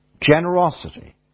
generosity